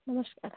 ନମସ୍କାର